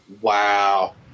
Wow